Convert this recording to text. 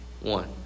One